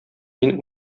мин